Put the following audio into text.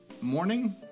morning